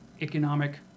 Economic